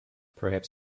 perhaps